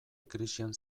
krisian